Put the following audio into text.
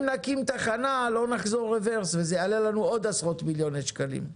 נקים תחנה לא נחזור רברס וזה יעלה עוד עשרות מיליוני שקלים.